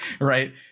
right